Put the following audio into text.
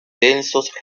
densos